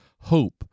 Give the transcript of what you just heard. hope